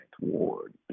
Ward